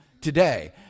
today